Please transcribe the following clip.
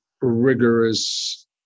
rigorous